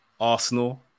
Arsenal